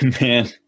man